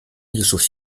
艺术